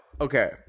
Okay